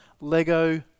Lego